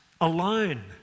alone